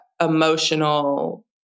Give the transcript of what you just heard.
emotional